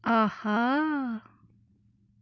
آہا